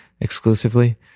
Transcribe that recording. exclusively